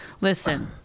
Listen